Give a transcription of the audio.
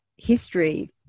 History